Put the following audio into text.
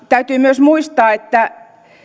täytyy myös muistaa että